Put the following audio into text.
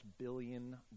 billion